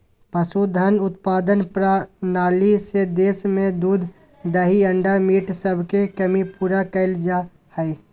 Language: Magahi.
पशुधन उत्पादन प्रणाली से देश में दूध दही अंडा मीट सबके कमी पूरा करल जा हई